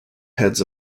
heads